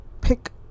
pick